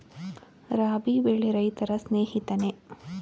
ರಾಬಿ ಬೆಳೆ ರೈತರ ಸ್ನೇಹಿತನೇ?